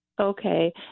Okay